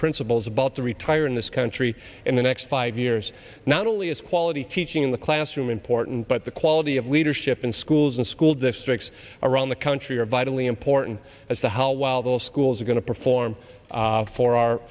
principals about to retire in this country in the next five years not only is quality teaching in the classroom important but the quality of leadership in schools and school districts around the country are vitally important as to how well those schools are going to perform for our